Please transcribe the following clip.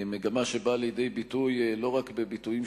מגמה שבאה לידי ביטוי לא רק בביטויים